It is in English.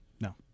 No